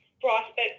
prospect